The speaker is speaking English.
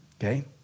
okay